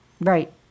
Right